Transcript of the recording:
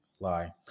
lie